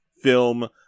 film